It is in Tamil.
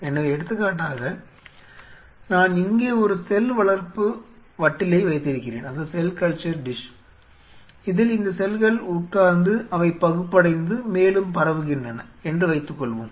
எனவே எடுத்துக்காட்டாக நான் இங்கே ஒரு செல் வளர்ப்பு வட்டிலை வைத்திருக்கிறேன் இதில் இந்த செல்கள் உட்கார்ந்து அவை பகுப்படைந்து மேலும் பரவுகின்றன என்று வைத்துக்கொள்வோம்